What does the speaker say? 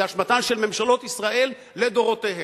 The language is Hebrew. זו אשמתן של ממשלות ישראל לדורותיהן.